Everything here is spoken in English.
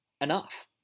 enough